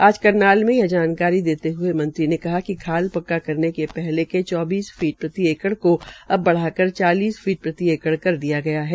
आज करनाल में यह जानकारी देते हए मंत्री ने कहा कि खाल पक्का करते से पहले चौबीस फीट प्रति एकड़ को अब बढ़ाकर चालीस फीट प्रति एकड़ कर दिया गया है